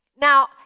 Now